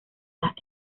las